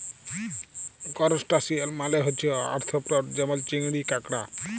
করসটাশিয়াল মালে হছে আর্থ্রপড যেমল চিংড়ি, কাঁকড়া